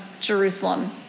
Jerusalem